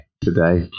today